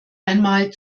einmal